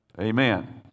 Amen